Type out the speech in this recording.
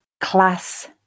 Class